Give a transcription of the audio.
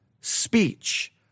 speech